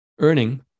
earning